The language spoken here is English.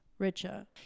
Richer